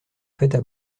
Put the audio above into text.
faites